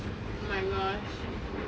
oh my gosh